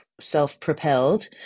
self-propelled